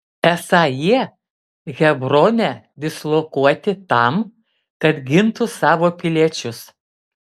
esą jie hebrone dislokuoti tam kad gintų savo piliečius